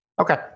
Okay